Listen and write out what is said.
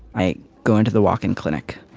i go into the walk in clinic.